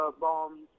bombs